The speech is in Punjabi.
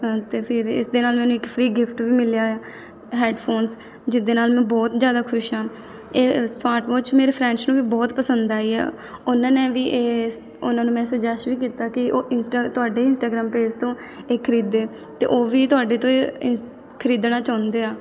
ਅਤੇ ਫਿਰ ਇਸ ਦੇ ਨਾਲ ਮੈਨੂੰ ਇੱਕ ਫਰੀ ਗਿਫਟ ਵੀ ਮਿਲਿਆ ਆ ਹੈਡਫੋਨਸ ਜਿਹਦੇ ਨਾਲ ਮੈਂ ਬਹੁਤ ਜਿਆਦਾ ਖੁਸ਼ ਹਾਂ ਇਹ ਸਮਾਟ ਵੋਚ ਮੇਰੇ ਫਰੈਂਡਸ ਨੂੰ ਵੀ ਬਹੁਤ ਪਸੰਦ ਆਈ ਆ ਉਹਨਾਂ ਨੇ ਵੀ ਇਹ ਸ ਉਹਨਾਂ ਨੂੰ ਮੈਂ ਸੁਜੈਸਟ ਵੀ ਕੀਤਾ ਕਿ ਉਹ ਇੰਸਟਾ ਤੁਹਾਡੇ ਇੰਸਟਾਗ੍ਰਾਮ ਪੇਜ ਤੋਂ ਇਹ ਖਰੀਦੇ ਅਤੇ ਉਹ ਵੀ ਤੁਹਾਡੇ ਤੋਂ ਹੀ ਇੰਸ ਖਰੀਦਣਾ ਚਾਹੁੰਦੇ ਆ